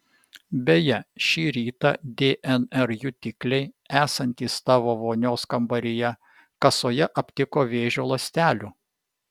beje šį rytą dnr jutikliai esantys tavo vonios kambaryje kasoje aptiko vėžio ląstelių